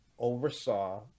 oversaw